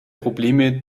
probleme